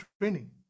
training